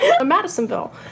Madisonville